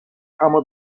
همو